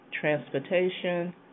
transportation